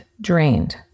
drained